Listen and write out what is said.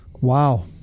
Wow